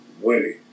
winning